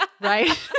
Right